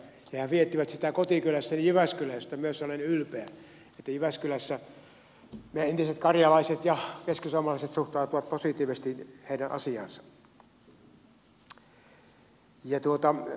hehän viettivät sitä kotikylässäni jyväskylässä mistä myös olen ylpeä että jyväskylässä me entiset karjalaiset ja keskisuomalaiset suhtaudumme positiivisesti heidän asiaansa